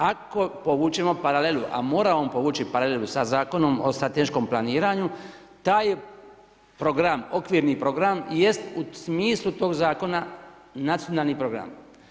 Ako povučemo paralelu, a moramo povući paralelu sa Zakonom o strateškom planiranju taj je program, okvirni program jest u smislu tog zakona nacionalni program.